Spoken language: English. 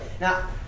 Now